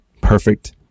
Perfect